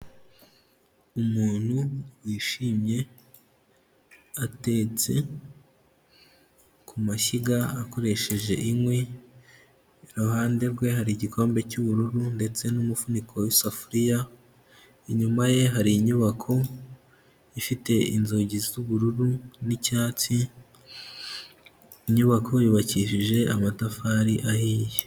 Umuntu wishimye atetse kumashyiga akoresheje inkwi, i ruhande rwe hari igikombe cy'ubururu ndetse n'umufuniko w'isafuriya, inyuma ye hari inyubako ifite inzugi z'ubururu n'icyatsi inyubako yubakishije amatafari ahiye.